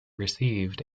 received